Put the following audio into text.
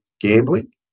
gambling